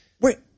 Wait